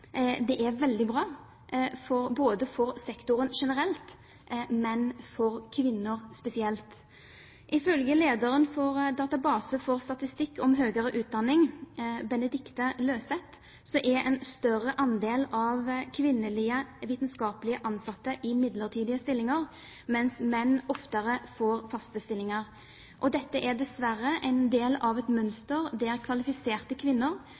for kvinner spesielt. Ifølge lederen for Database for statistikk om høgre utdanning, Benedicte Løseth, er det en større andel av kvinnelige vitenskapelig ansatte i midlertidige stillinger, mens menn oftere får faste stillinger. Dette er dessverre en del av et mønster der kvalifiserte kvinner